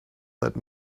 that